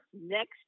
Next